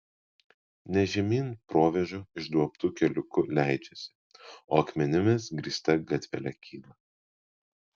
ne žemyn provėžų išduobtu keliuku leidžiasi o akmenimis grįsta gatvele kyla